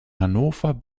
hannover